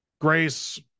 Grace